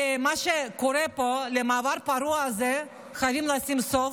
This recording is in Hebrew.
למה שקורה פה, למערב הפרוע הזה, חייבים לשים סוף.